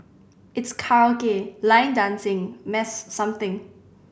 it's karaoke line dancing mass something